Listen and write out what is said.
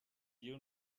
you